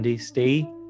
stay